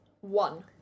One